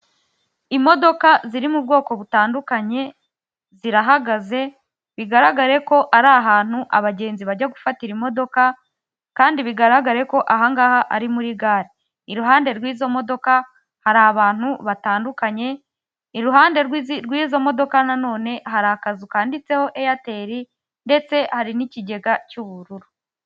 Imodoka ziri mu bwoko butandukanye zirahagaze, bigaragare ko ari ahantu abagenzi bajya gufatira imodoka, kandi bigaragare ko ahangaha ari muri gare, iruhande rw'izo modoka hari abantu batandukanye, iruhande rw'izo modoka nanone hari akazu kanditseho eyateri ndetse hari n'ikigega cy'ubururu.